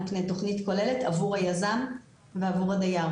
פני תכנית כוללת עבור היזם ועבור הדייר.